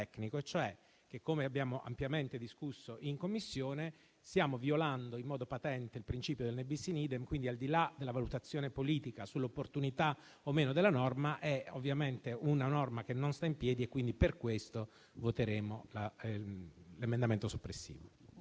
tecnico. Come abbiamo ampiamente discusso in Commissione, stiamo violando in modo patente il principio del *ne bis in idem*, e quindi, al di là della valutazione politica sull'opportunità o meno della norma, è ovviamente una norma che non sta in piedi e per questo voteremo l'emendamento soppressivo.